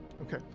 Okay